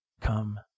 come